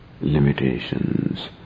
limitations